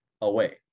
away